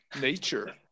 nature